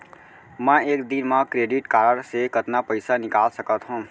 मैं एक दिन म क्रेडिट कारड से कतना पइसा निकाल सकत हो?